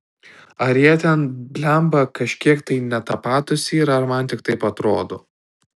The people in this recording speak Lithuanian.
ar jie ten blemba kažkiek tai ne tapatūs yra ar man tik taip atrodo